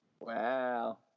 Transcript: Wow